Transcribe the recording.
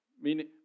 meaning